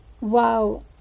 wow